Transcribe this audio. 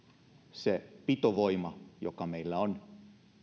se pitovoima joka meillä on